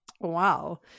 Wow